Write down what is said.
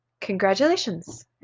Congratulations